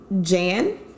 Jan